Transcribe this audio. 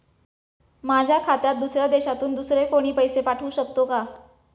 माझ्या खात्यात दुसऱ्या देशातून दुसरे कोणी पैसे पाठवू शकतो का?